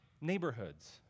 neighborhoods